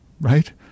right